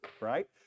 right